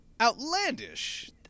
outlandish